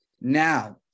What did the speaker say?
now